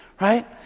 right